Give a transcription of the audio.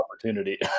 opportunity